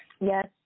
Yes